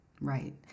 right